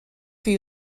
chi